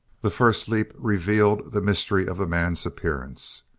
the first leap revealed the mystery of the man's appearance.